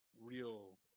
real